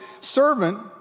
servant